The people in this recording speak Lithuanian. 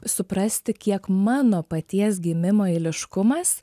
suprasti kiek mano paties gimimo eiliškumas